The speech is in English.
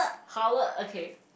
hao le okay